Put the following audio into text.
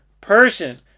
person